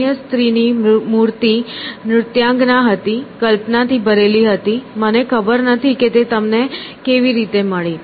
અન્ય સ્ત્રીની મૂર્તિ નૃત્યાંગના હતી કલ્પનાથી ભરેલી હતી મને ખબર નથી કે તે તેમને કેવી રીતે મળી